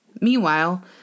Meanwhile